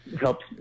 helps